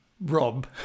Rob